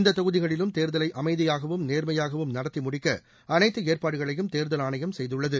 இந்த தொகுதிகளிலும் தேர்தலை அமைதியாகவும் நேர்மையாகவும் நடத்தி முடிக்க அனைத்து ஏற்பாடுகளையும் தேர்தல் ஆணையம் செய்துள்ளது